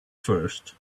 first